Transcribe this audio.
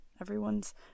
everyone's